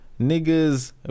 niggers